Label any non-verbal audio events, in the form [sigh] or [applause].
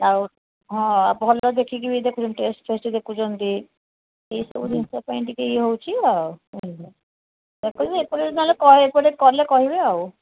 ଆଉ ହଁ ଭଲ ଦେଖିକି ବି ଦେଖୁଛନ୍ତି ଟେଷ୍ଟ୍ ଫେଷ୍ଟ୍ ଦେଖୁଛନ୍ତି ଏଇସବୁ ଜିନିଷ ପାଇଁ ଟିକେ ଇଏ ହେଉଛି ଆଉ [unintelligible] ଏ ପର୍ଯ୍ୟନ୍ତ ଏପଟେ କଲେ କହିବେ ଆଉ